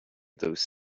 those